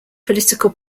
political